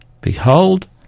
Behold